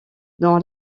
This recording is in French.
dans